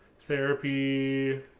therapy